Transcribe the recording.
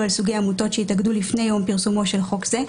על סוגי עמותות שהתאגדו לפני יום פרסומו של חוק זה,